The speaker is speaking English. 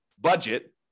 budget